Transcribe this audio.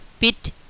pit